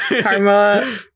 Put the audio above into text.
Karma